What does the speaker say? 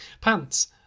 Pants